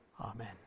Amen